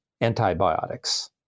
antibiotics